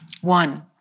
One